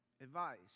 advice